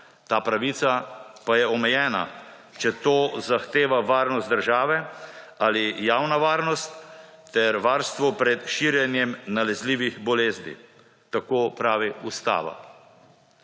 Ta pravica pa je omejena, če to zahteva varnost države ali javna varnost ter varstvo pred širjenjem nalezljivih bolezni, tako pravi Ustava.